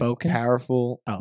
powerful